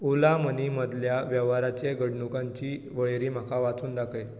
Ola money मदल्या वेव्हाराचे घडणुकांची वळेरी म्हाका वाचून दाखय